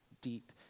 Deep